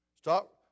Stop